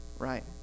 Right